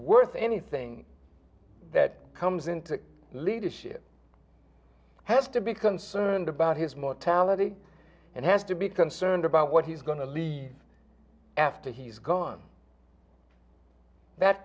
worth anything that comes in to leadership have to be concerned about his mortality and has to be concerned about what he's going to leave after he's gone that